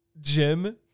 Jim